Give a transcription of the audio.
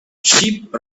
sheep